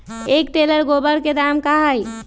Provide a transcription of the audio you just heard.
एक टेलर गोबर के दाम का होई?